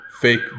fake